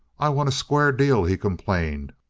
i want a square deal, he complained.